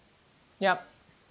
yup